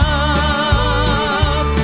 up